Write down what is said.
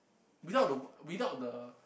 without the without the